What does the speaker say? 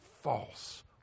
false